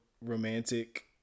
romantic